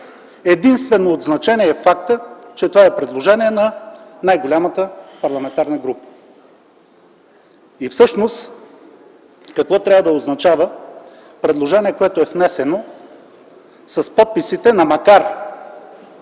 единствено от значение е фактът, че това е предложение на най-голямата парламентарна група. Всъщност какво трябва да означава предложение, което е внесено с подписите на макар